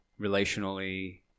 relationally